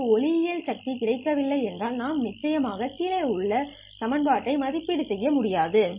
நமக்கு ஒளியியல் சக்தி கிடைக்கவில்லை என்றால் நாம் நிச்சயமாக இந்த வெளிப்பாடு மதிப்பீடு செய்ய முடியாது